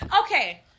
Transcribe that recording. Okay